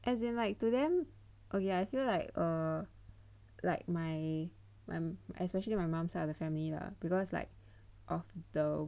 as in like to them ok I feel like err like my my especially my mum side of the family lah because like of the